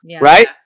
Right